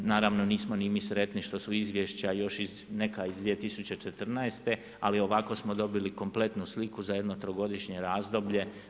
Naravno, nismo ni mi sretni što su izvješća još iz 2014., ali ovako smo dobili kompletnu sliku za jedno trogodišnje razdoblje.